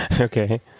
Okay